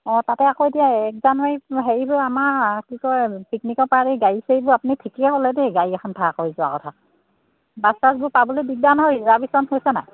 অঁ তাতে আকৌ এতিয়া এক জানুৱাৰীত হেৰি হয় আমাৰ কি কয় পিকনিকৰ পাৰ্টীৰ গাড়ী চাৰিবোৰ আপুনি ঠিকে হ'লে দেই গাড়ী এখন ভাড়া কৰি যোৱা কথা বাছ চাছবোৰ পাবলৈ দিগদাৰ নহয় ৰিজাৰ্ভেশ্যন হৈছে নাই